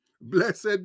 Blessed